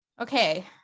Okay